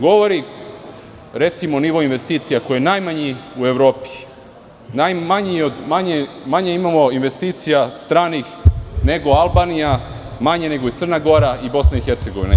Govori, recimo nivo investicija koji je najmanji u Evropi, manje imamo investicija stranih nego Albanija, manje nego Crna Gora, Bosna i Hercegovina.